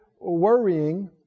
worrying